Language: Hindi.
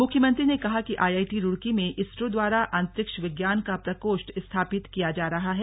मुख्यमंत्री ने कहा कि आईआईटी रूड़की में इसरो द्वारा अंतरिक्ष विज्ञान का प्रकोष्ठ स्थापित किया जा रहा है